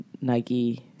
Nike